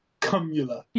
Cumula